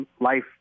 life